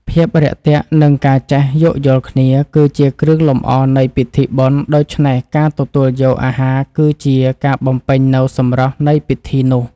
ភាពរាក់ទាក់ និងការចេះយោគយល់គ្នា គឺជាគ្រឿងលម្អនៃពិធីបុណ្យ ដូច្នេះការទទួលយកអាហារគឺជាការបំពេញនូវសម្រស់នៃពិធីនោះ។